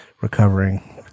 recovering